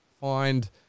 find